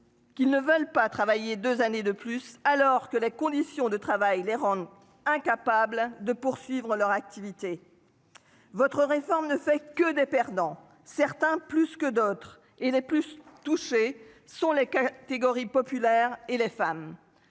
Qui ne veulent pas travailler 2 années de plus alors que les conditions de travail les rendent incapables de poursuivre leur activité. Votre réforme ne fait que des perdants. Certains plus que d'autres et les plus touchées sont les catégories populaires et les femmes.